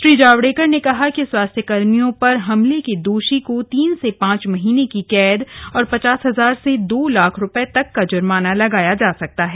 श्री जावडेकर ने कहा कि स्वास्थ्यकर्मियों पर हमले के दोषी को तीन से पांच महीने की कैद तथा पचास हजार से दो लाख रुपये तक का जुर्माना लगाया जा सकता है